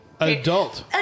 Adult